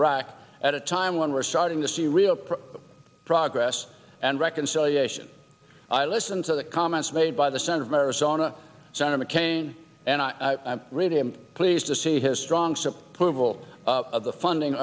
iraq at a time when we're starting to see real progress and reconciliation i listen to the comments made by the scent of arizona senator mccain and i really am pleased to see his strong simple prove all of the funding